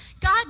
God